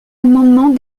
amendement